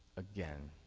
again.